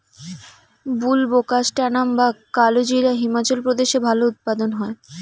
বুলবোকাস্ট্যানাম বা কালোজিরা হিমাচল প্রদেশে ভালো উৎপাদন হয়